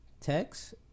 text